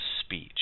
speech